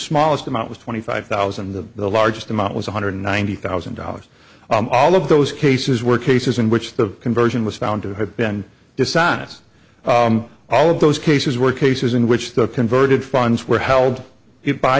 smallest amount was twenty five thousand of them the largest amount was one hundred ninety thousand dollars all of those cases were cases in which the conversion was found to have been dishonest all of those cases were cases in which the converted funds were held it by